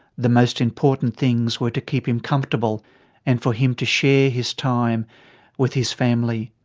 the most important things were to keep him comfortable and for him to share his time with his family.